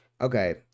Okay